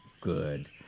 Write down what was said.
Good